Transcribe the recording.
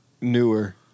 newer